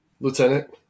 Lieutenant